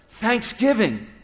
thanksgiving